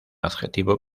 adjetivo